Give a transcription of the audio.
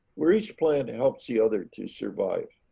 where each plant helps the other to survive.